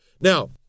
Now